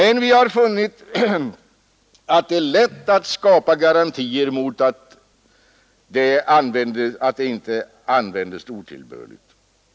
Men vi har funnit att det är lätt att skapa garantier mot otillbörlig användning.